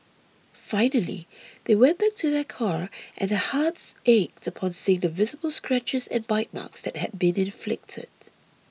finally they went back to their car and their hearts ached upon seeing the visible scratches and bite marks that had been inflicted